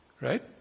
Right